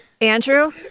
Andrew